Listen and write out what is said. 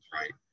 right